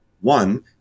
One